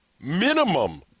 minimum